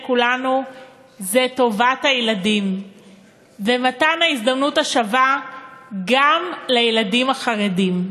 כולנו זה טובת הילדים ומתן ההזדמנות השווה גם לילדים החרדים.